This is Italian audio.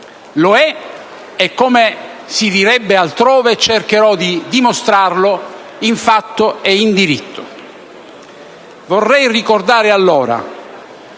Lo è e, come si direbbe altrove, cercherò di dimostrarlo in fatto e in diritto. Vorrei allora